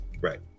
Right